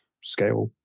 scale